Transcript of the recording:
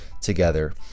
together